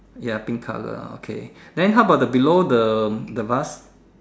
ya pink color ah okay then how about below the the vase